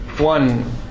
One